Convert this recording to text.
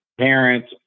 parents